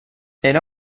era